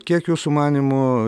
kiek jūsų manymu